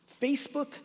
Facebook